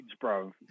bro